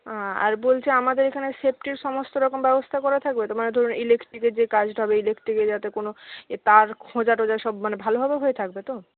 আর বলছি আমাদের এখানে সেফটির সমস্ত রকম ব্যবস্থা করা থাকবে তো মানে ধরুন ইলেকট্রিকের যে কাজটা হবে ইলেকট্রিকের যাতে কোনো এ তার খোঁজা টোজা সব মানে ভালোভাবে হয়ে থাকবে তো